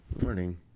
Morning